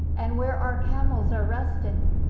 and where our camels are resting.